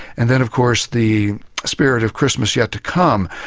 and then of course the spirit of christmas yet to come,